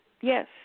Yes